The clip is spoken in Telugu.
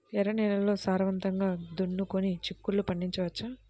ఎర్ర నేలల్లో సారవంతంగా దున్నుకొని చిక్కుళ్ళు పండించవచ్చు